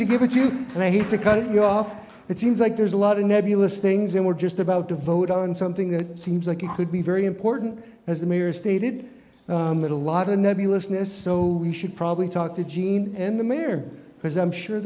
to give it to you and i hate to cut you off it seems like there's a lot of nebulous things and we're just about to vote on something that seems like it could be very important as the mayor stated that a lot of nebulous in this so we should probably talk to jeanne and the mayor because i'm sure